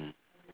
mm